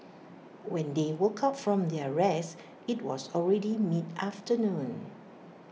when they woke up from their rest IT was already mid afternoon